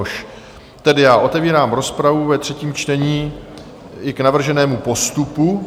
Já tedy otevírám rozpravu ve třetím čtení i k navrženému postupu.